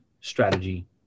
strategy